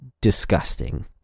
disgusting